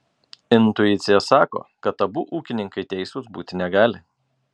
intuicija sako kad abu ūkininkai teisūs būti negali